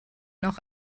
noch